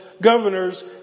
governors